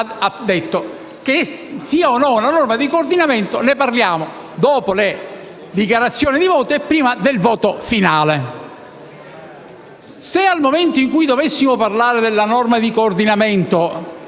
ha risposto che sia o no una norma di coordinamento, ne avremmo parlato dopo le dichiarazioni di voto e prima del voto finale. Se al momento in cui dovessimo parlare della norma di coordinamento,